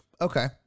Okay